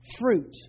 fruit